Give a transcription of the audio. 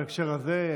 בהקשר הזה,